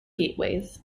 gateways